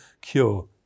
cure